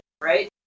right